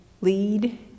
lead